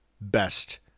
best